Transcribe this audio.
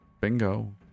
Bingo